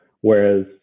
Whereas